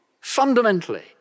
fundamentally